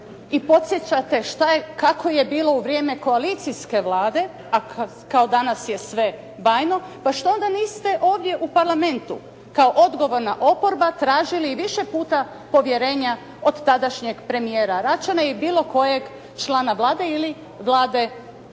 i podsjećate šta je, kako je bilo u vrijeme koalicijske Vlade, a kao danas je sve bajno, pa što onda niste ovdje u Parlamentu kao odgovorna oporba tražili i više puta povjerenja od tadašnjeg premijera Račana i bilo kojeg člana Vlade ili Vlade